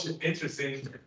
interesting